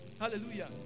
Hallelujah